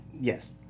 yes